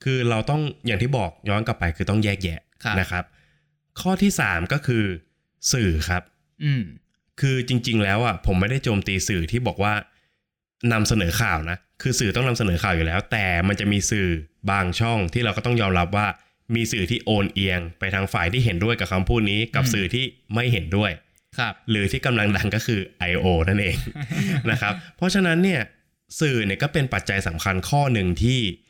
คือเราต้องอย่างที่บอกย้อนกลับไปคือต้องแยกแยะครับนะครับ ข้อที่สามก็คือสื่อครับอืมคือจริงๆแล้วอะผมไม่ได้โจมตีสื่อที่บอกว่านำเสนอข่าวนะ คือสื่อต้องนำเสนอข่าวอยู่แล้วแต่มันจะมีสื่อบางช่องที่เราก็ต้องยอมรับว่ามีสื่อที่โอนเอียงไปทางฝ่ายที่เห็นด้วยกับคำพูดนี้กับอืมสื่อที่ไม่เห็นด้วยครับหรือที่กำลังดังก็คือ IO นั่นเองนะครับ เพราะฉะนั้นเนี่ยสื่อเนี่ยก็เป็นปัจจัยสำคัญข- ข้อหนึ่งที่